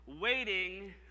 waiting